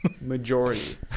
Majority